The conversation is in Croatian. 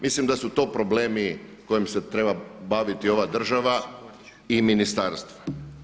Mislim da su to problemi kojima se treba baviti ova država i ministarstvo.